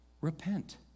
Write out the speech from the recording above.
Repent